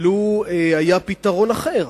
אם היה פתרון אחר,